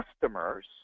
customers